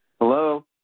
Hello